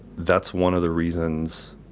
that's one of the reasons